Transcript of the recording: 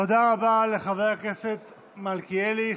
תודה רבה לחבר הכנסת מלכיאלי.